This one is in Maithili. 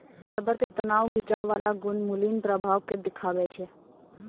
रबर के तनाव खिंचाव बाला गुण मुलीं प्रभाव के देखाबै छै